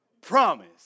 promise